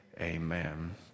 amen